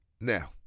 Now